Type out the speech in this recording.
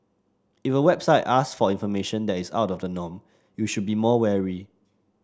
if a website ask for information that is out of the norm you should be more wary